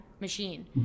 machine